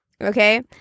Okay